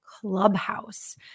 Clubhouse